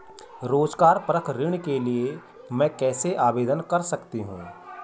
रोज़गार परक ऋण के लिए मैं कैसे आवेदन कर सकतीं हूँ?